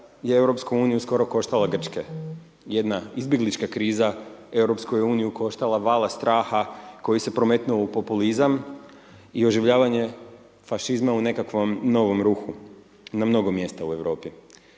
je EU skoro koštala Grčke. Jedna izbjeglička kriza EU je koštala vala straha koji se prometnuo u populizam i oživljavanje fašizma u nekakvom novom ruhu na mnogo mjesta u Europi.